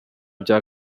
bya